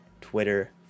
Twitter